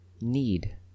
need